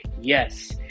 Yes